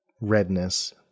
redness